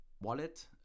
wallet